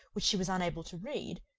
which she was unable to read,